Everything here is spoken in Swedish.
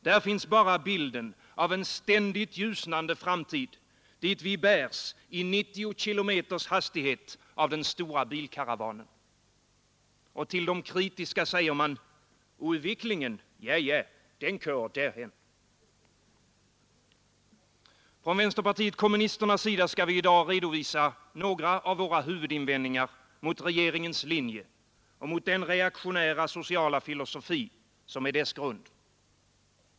Där finns bara bilden av en ständigt ljusnande framtid, dit vi bärs i 90 km hastighet av den stora bilkaravanen. Till de kritiska säger man: ”Udviklingen? Ja, ja, den korer derhen! ” Från vänsterpartiet kommunisternas sida skall vi i dag redovisa några av våra huvudinvändningar mot regeringens linje och mot den reaktionära sociala filosofi som är dess grund.